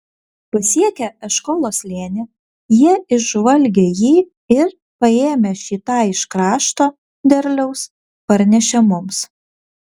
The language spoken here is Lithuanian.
pasiekę eškolo slėnį jie išžvalgė jį ir paėmę šį tą iš krašto derliaus parnešė mums